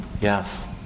Yes